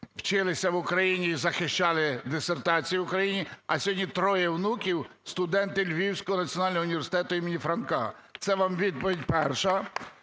вчились в Україні і захищали дисертацію в Україні, а сьогодні троє внуків – студенти Львівського національного університету імені Франка. Це вам відповідь перша.